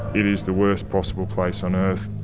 it is the worst possible place on earth.